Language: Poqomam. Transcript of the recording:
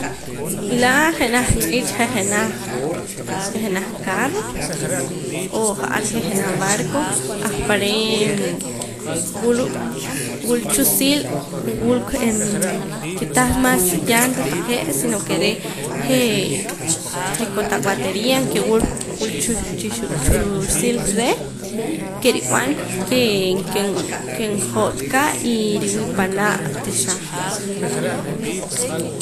Laa jenaj ch'iich' je jenaj je' jenaj carro o ja'ar je' jenaj barco alpare' wul wulchusil ke tah mas llantas taqee' sino ke re' jee' je' kotaq baterias ke wul chul chusil reh ke rib'an kee ken njoot ka y riwii' panaa' tixaaj